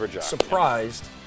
surprised